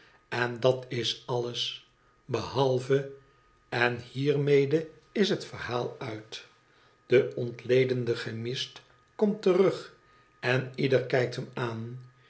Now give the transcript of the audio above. en dat is alles behalve en hiermede is het verhaal uit de ontledende chemist komt terug en ieder kijkt hem aan